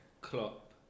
Klopp